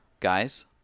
Guys